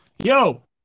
Yo